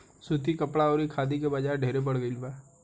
सूती कपड़ा अउरी खादी के बाजार ढेरे बढ़ गईल बा